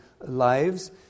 lives